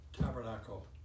tabernacle